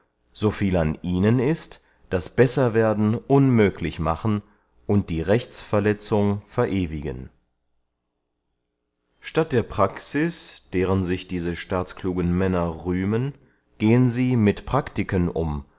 so viel an ihnen ist das besserwerden unmöglich machen und die rechtsverletzung verewigen statt der praxis deren sich diese staatskluge männer rühmen gehen sie mit praktiken um